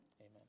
amen